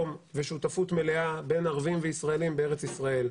ושותפות מלאה בין ערבים וישראלים בארץ ישראל.